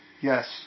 Yes